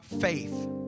faith